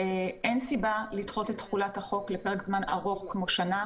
אין סיבה לדחות את תחולת החוק לפרק זמן ארוך כמו שנה.